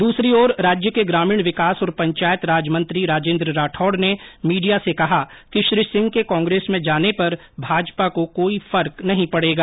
दूसरी ओर राज्य के ग्रामीण विकास और पंचायत राज मंत्री राजेन्द्र राठौड़ ने मीडिया से कहा कि श्री सिंह के कांग्रेस में जाने पर भाजपा को कोई फर्क नहीं पड़ेगा